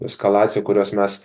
eskalacija kurios mes